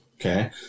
Okay